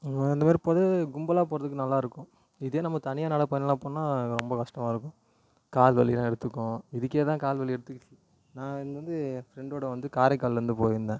அந்த மாதி ரி போகிறது கும்பலாக போகிறதுக்கு நல்லா இருக்கும் இதே நம்ம தனியாக நடப்பயணலாம் போனால் ரொம்ப கஷ்டமாக இருக்கும் கால் வலிலாம் எடுத்துக்கும் இதுக்கே தான் கால் வலி எடுத்துக்கிச்சு நான் எனக்கு வந்து என் ஃப்ரெண்ட்டோடய வந்து காரைக்கால்லேர்ந்து போயிருந்தேன்